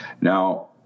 Now